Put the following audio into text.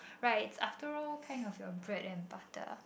right after all kind of your bread and butter